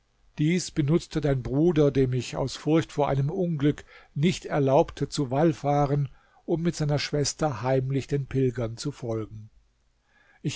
dies benutzte dein bruder dem ich aus furcht vor einem unglück nicht erlaubte zu wallfahren um mit seiner schwester heimlich den pilgern zu folgen